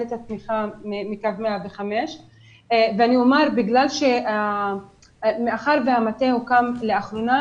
את התמיכה מקו 105. מאחר והמטה הוקם לאחרונה,